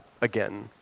again